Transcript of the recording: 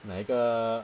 哪一个